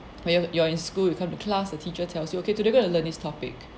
when you're you're in school you come to class the teacher tells you okay today you're going to learn this topic